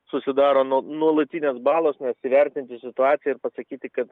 susidaro nuo nuolatinės balos nes įvertinti situaciją ir pasakyti kad